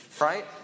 Right